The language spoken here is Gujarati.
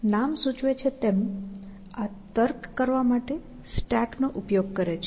નામ સૂચવે છે તેમ આ તર્ક કરવા માટે સ્ટેક નો ઉપયોગ કરે છે